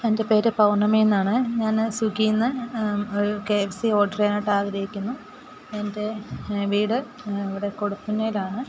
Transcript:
എൻ്റെ പേര് പൗർണമി എന്നാണ് ഞാന് സ്വിഗ്ഗിയിൽ നിന്ന് ഒരു കെ എഫ് സി ഓഡർ ചെയ്യാനായിട്ട് ആഗ്രഹിക്കുന്നു എൻ്റെ വീട് ഇവിടെ കൊടുപ്പന്നയിലാണ്